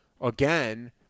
again